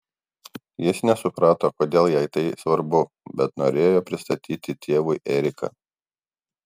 jis nesuprato kodėl jai tai svarbu bet norėjo pristatyti tėvui eriką